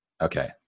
Okay